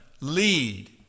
lead